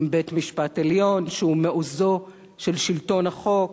עם בית-משפט עליון שהוא מעוזו של שלטון החוק,